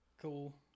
cool